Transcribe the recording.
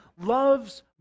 loves